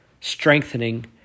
strengthening